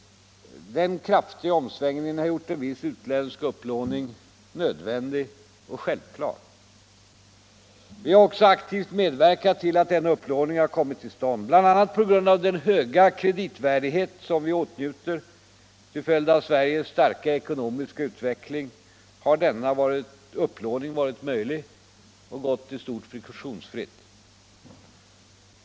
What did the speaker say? Denna kraftiga omsvängning har gjort en viss utländsk upplåning nödvändig och självklar. Vi har också aktivt medverkat till att denna upplåning har kommit till stånd. Bl. a. på grund av den höga kreditvärdighet som vi åtnjuter till följd av Sveriges starka ekonomiska utveckling har upplåningen varit möjlig och gått i stort sett friktionsfritt.